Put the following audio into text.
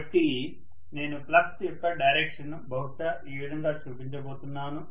కాబట్టి నేను ఫ్లక్స్ యొక్క డైరెక్షన్ ను బహుశా ఈ విధంగా చూపించబోతున్నాను